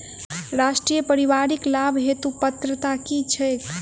राष्ट्रीय परिवारिक लाभ हेतु पात्रता की छैक